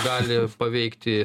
gali paveikti